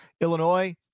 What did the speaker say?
Illinois